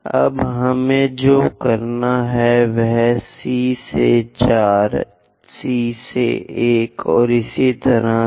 अब हमें जो करना है वह C से 4 C से 1 और इसी तरह है